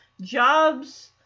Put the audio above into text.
Jobs